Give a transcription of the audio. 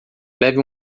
leve